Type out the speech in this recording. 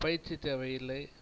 பயிற்சி தேவை இல்லை